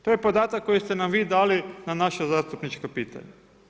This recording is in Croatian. To je podatak koji ste nam vi dali na naše zastupničko pitanje.